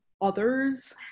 others